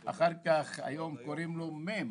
היום קוראים לו מ',